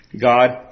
God